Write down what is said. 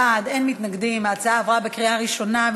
התשע"ד 2014,